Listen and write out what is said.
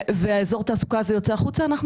ואזור התעסוקה הזה יוצא החוצה אנחנו